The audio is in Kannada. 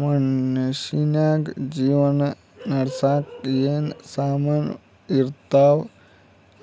ಮನ್ಶ್ಯಾಗ್ ಜೀವನ ನಡ್ಸಾಕ್ ಏನ್ ಸಾಮಾನ್ ಇರ್ತಾವ